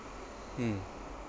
mm